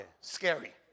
scary